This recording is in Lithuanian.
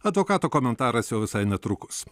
advokato komentaras jau visai netrukus